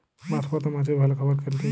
বাঁশপাতা মাছের ভালো খাবার কোনটি?